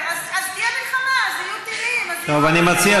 איך מחזירים שבויים